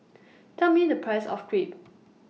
Tell Me The Price of Crepe